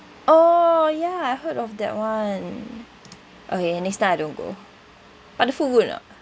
oh ya I heard of that [one] okay next time I don't go but the food good or not